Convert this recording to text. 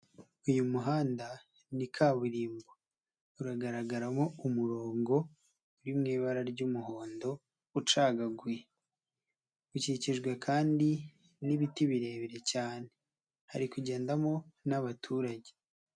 Uyu muhanda ni kaburimbo, uragaragaramo umurongo uri mu ibara ry'umuhondo ucagaguye, ukikijwe kandi n'ibiti birebire cyane, hari kugendamo n'abaturage.